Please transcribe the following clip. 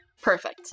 perfect